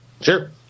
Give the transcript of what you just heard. Sure